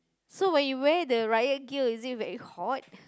so when you wear the riot gear is it very hot